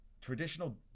traditional